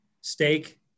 steak